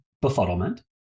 befuddlement